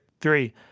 three